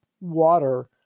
water